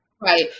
right